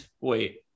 wait